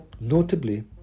notably